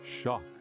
shock